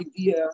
idea